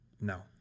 No